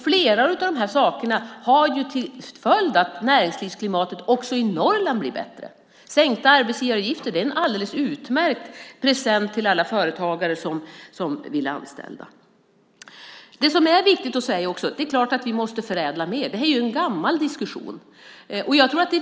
Flera av dessa saker har till följd att näringslivsklimatet blir bättre också i Norrland. Till exempel sänkta arbetsgivaravgifter är en alldeles utmärkt present till alla företagare som vill anställa. Det som också är viktigt att säga är att det är klart att vi måste förädla mer. Det är en gammal diskussion.